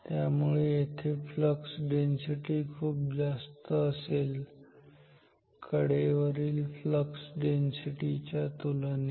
त्यामुळे येथे flux density खूप जास्त असेल कडेवरील फ्लक्स डेन्सिटी च्या तुलनेत